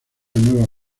nueva